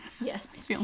Yes